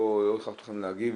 לא הכרחתי אתכן להגיב,